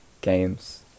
games